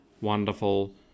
wonderful